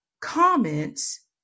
comments